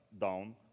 down